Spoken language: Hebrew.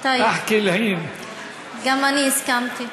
גם אני הסכמתי.